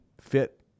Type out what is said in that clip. fit